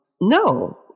No